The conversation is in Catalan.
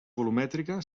volumètrica